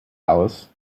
alice